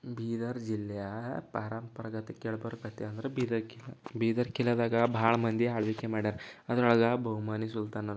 ಬೀದರ್ ಜಿಲ್ಲೆಯ ಪರಂಪರಾಗತ ಅಂದ್ರೆ ಬೀದರ್ಕಿದ ಬೀದರ್ಕಿಲದಾಗ ಭಾಳ ಮಂದಿ ಆಳ್ವಿಕೆ ಮಾಡ್ಯಾರ ಅದ್ರೊಳಗೆ ಬಹಮನಿ ಸುಲ್ತಾನರು